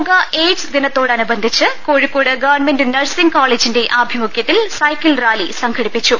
ലോക എയ്ഡ്സ് ദിനത്തോടനുബന്ധിച്ച് Kozhikode government nursing കോളജിന്റെ ആഭിമു ഖ്യത്തിൽ സൈക്കിൾ റാലി സംഘടിപ്പിച്ചു